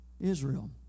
Israel